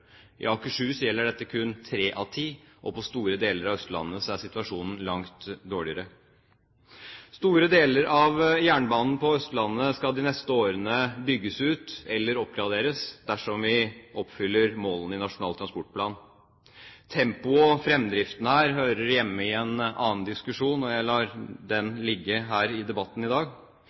I Akershus gjelder dette kun tre av ti, og på store deler av Østlandet er situasjonen langt dårligere. Store deler av jernbanen på Østlandet skal de neste årene bygges ut eller oppgraderes dersom vi oppfyller målene i Nasjonal transportplan. Tempoet og fremdriften her hører hjemme i en annen diskusjon, og jeg lar den ligge her i debatten i dag.